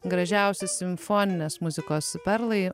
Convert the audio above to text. gražiausi simfoninės muzikos perlai